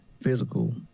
physical